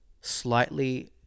slightly